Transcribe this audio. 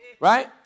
Right